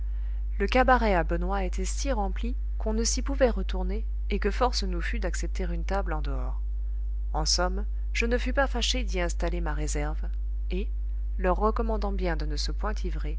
le cabaret à benoît était si rempli qu'on ne s'y pouvait retourner et que force nous fut d'accepter une table en dehors en somme je ne fus pas fâché d'y installer ma réserve et leur recommandant bien de ne se point